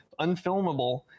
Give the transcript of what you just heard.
unfilmable